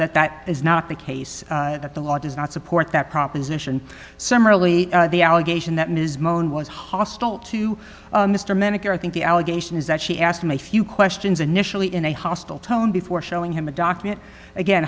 that that is not the case that the law does not support that proposition similarly the allegation that ms moen was hostile to mr minnick i think the allegation is that she asked him a few questions initially in a hostile tone before showing him a document again